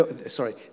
Sorry